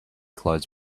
close